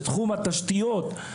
בתחום התשתיות,